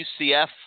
UCF